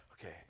okay